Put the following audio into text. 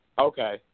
Okay